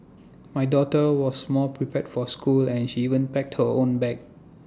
my daughter was more prepared for school and she even packed her own bag